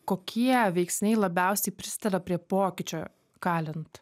kokie veiksniai labiausiai prisideda prie pokyčio kalint